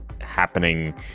happening